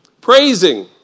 praising